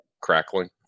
crackling